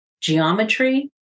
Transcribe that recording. Geometry